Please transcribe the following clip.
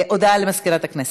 הודעה למזכירת הכנסת.